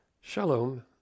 Shalom